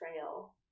trail